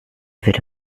würde